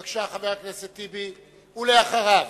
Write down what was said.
בבקשה, חבר הכנסת טיבי, ואחריו,